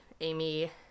Amy